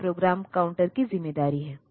यह program counter की जिम्मेदारी है